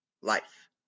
life